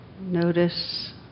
Notice